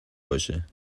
باشه